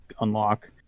unlock